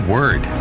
Word